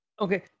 Okay